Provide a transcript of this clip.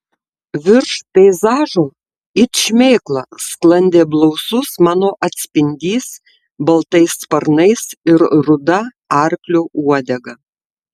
virš peizažo it šmėkla sklandė blausus mano atspindys baltais sparnais ir ruda arklio uodega